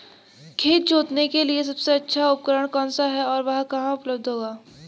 खेत जोतने के लिए सबसे अच्छा उपकरण कौन सा है और वह कहाँ उपलब्ध होगा?